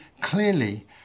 clearly